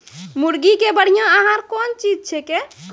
मुर्गी के बढ़िया आहार कौन चीज छै के?